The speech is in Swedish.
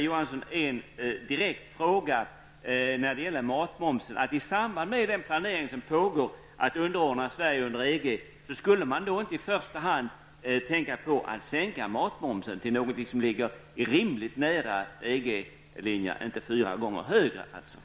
Johansson när det gäller matmomsen. Skulle man inte, i samband med den planering som pågår för att inordna Sverige under EG, i första hand tänka på att sänka matmomsen till någonting som ligger rimligt nära EGs linje och inte låta den vara fyra gånger högre?